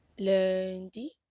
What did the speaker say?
Lundi